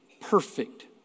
perfect